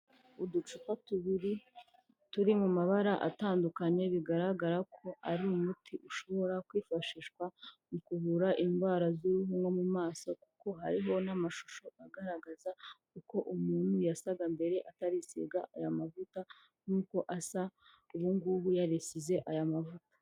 Uducupa tubiri turi mu mabara atandukanye bigaragara ko ari umuti ushobora kwifashishwa mu kuvura indwara z'uruhu nko mu maso kuko hariho n'amashusho agaragaza uko umuntu yasaga mbere atarisiga aya mavuta n'uko asa ubungubu yarisize aya mavuta.